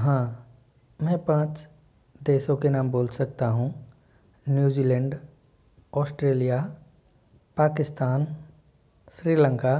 हाँ मैं पाँच देशों के नाम बोल सकता हूँ न्यूजीलैंड ऑस्ट्रेलिया पाकिस्तान श्रीलंका